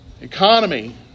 economy